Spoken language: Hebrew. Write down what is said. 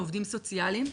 לעובדים סוציאליים.